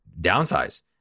downsize